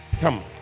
Come